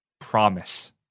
promise